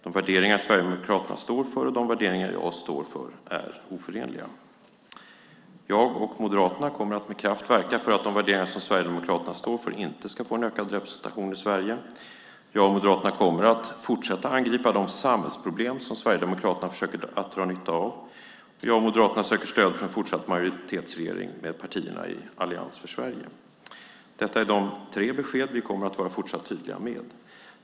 De värderingar Sverigedemokraterna står för och de värderingar jag står för är oförenliga. Jag och Moderaterna kommer att med kraft verka för att de värderingar som Sverigedemokraterna står för inte ska få en ökad representation i Sverige. Jag och Moderaterna kommer att fortsätta att angripa de samhällsproblem som Sverigedemokraterna försöker dra nytta av. Jag och Moderaterna söker stöd för en fortsatt majoritetsregering med partierna i Allians för Sverige. Detta är de tre besked som vi kommer att vara fortsatt tydliga med.